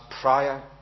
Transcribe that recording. prior